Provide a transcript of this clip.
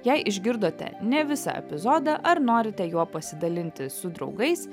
jei išgirdote ne visą epizodą ar norite juo pasidalinti su draugais